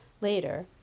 Later